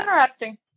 interesting